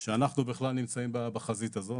שאנחנו בכלל נמצאים בחזית הזאת.